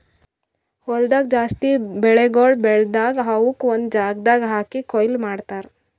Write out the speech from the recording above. ಹೊಲ್ದಾಗ್ ಜಾಸ್ತಿ ಬೆಳಿಗೊಳ್ ಬೆಳದಾಗ್ ಅವುಕ್ ಒಂದು ಜಾಗದಾಗ್ ಹಾಕಿ ಕೊಯ್ಲಿ ಮಾಡ್ತಾರ್